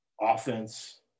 offense